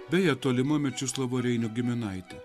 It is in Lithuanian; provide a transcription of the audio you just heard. beje tolima mečislovo reinio giminaitė